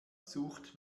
sucht